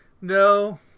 No